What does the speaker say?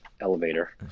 elevator